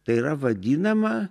tai yra vadinama